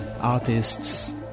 artists